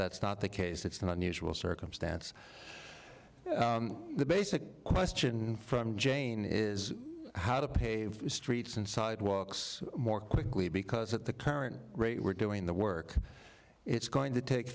that's not the case it's an unusual circumstance the basic question from jane is how to pave streets and sidewalks more quickly because at the current rate we're doing the work it's going to take